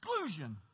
exclusion